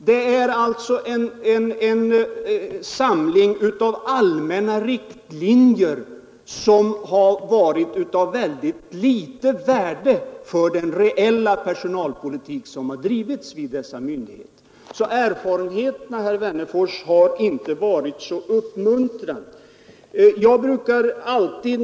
Det gäller alltså en samling allmänna riktlinjer som varit av mycket ringa värde för den reella personalpolitik som drivits av dessa myndigheter. Erfarenheterna är således inte så uppmuntrande, herr Wennerfors.